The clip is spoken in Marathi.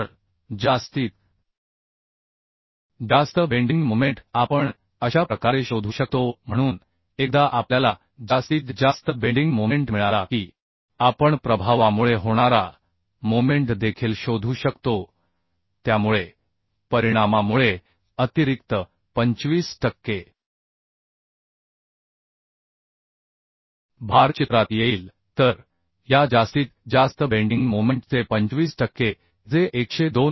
तर जास्तीत जास्त बेंडिंग मोमेंट आपण अशा प्रकारे शोधू शकतो म्हणून एकदा आपल्याला जास्तीत जास्त बेंडिंग मोमेंट मिळाला की आपण प्रभावामुळे होणारा मोमेंट देखील शोधू शकतो त्यामुळे परिणामामुळे अतिरिक्त 25 टक्के भार चित्रात येईल तर या जास्तीत जास्त बेंडिंग मोमेन्ट चे 25 टक्के जे 102